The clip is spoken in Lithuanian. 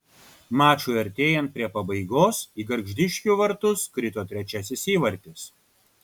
mačui artėjant prie pabaigos į gargždiškių vartus krito trečiasis įvartis